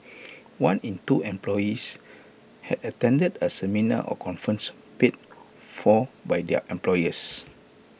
one in two employees had attended A seminar or conference paid for by their employers